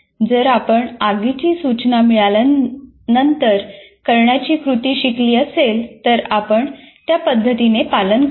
जर आपण आगीची सूचना मिळाल्यानंतर करण्याची कृती शिकली असेल तर आपण त्या पद्धतीचे पालन करतो